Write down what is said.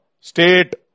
state